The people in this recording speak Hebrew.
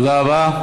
תודה רבה.